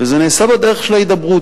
וזה נעשה בדרך של הידברות.